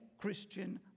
Christian